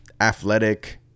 athletic